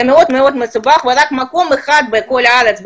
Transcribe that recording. זה מאוד מאוד מסובך ויש רק מקום אחד בכל הארץ,